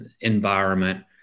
environment